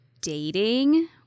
dating